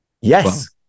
Yes